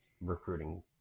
recruiting